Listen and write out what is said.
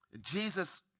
Jesus